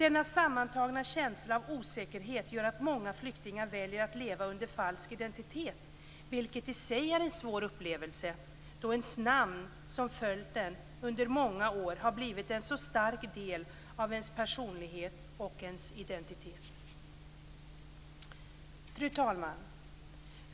Denna sammantagna känsla av osäkerhet gör att många flyktingar väljer att leva under falsk identitet, vilket i sig är en svår upplevelse då ens namn som följt en under många år har blivit en så stark del av ens personlighet och ens identitet. Fru talman!